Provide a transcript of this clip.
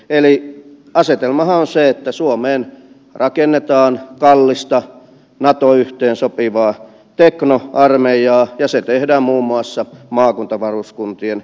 eli asetelmahan on se että suomeen rakennetaan kallista nato yhteensopivaa teknoarmeijaa ja se tehdään muun muassa maakuntavaruskuntien kustannuksella